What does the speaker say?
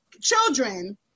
children